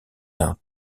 d’un